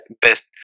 best